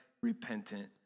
repentant